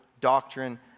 doctrine